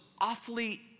awfully